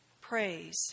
Praise